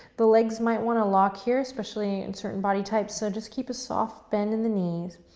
the legs might want to lock here, especially in certain body types, so just keep a soft bend in the knees.